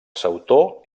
sautor